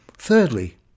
Thirdly